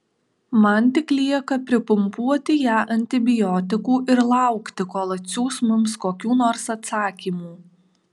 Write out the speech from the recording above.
man tik lieka pripumpuoti ją antibiotikų ir laukti kol atsiųs mums kokių nors atsakymų